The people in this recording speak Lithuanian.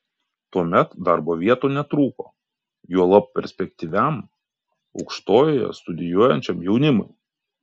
tuomet darbo vietų netrūko juolab perspektyviam aukštojoje studijuojančiam jaunimui